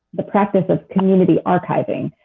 the practice of community archiving.